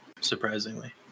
surprisingly